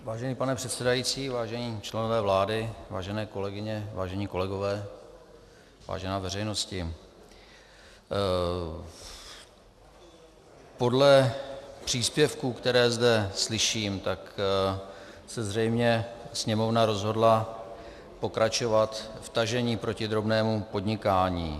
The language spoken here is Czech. Vážený pane předsedající, vážení členové vlády, vážené kolegyně, vážení kolegové, vážená veřejnosti, podle příspěvků, které zde slyším, se zřejmě Sněmovna rozhodla pokračovat v tažení proti drobnému podnikání.